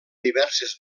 diverses